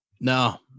No